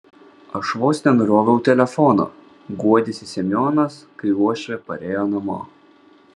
aš vos nenuroviau telefono guodėsi semionas kai uošvė parėjo namo